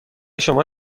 شما